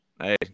Hey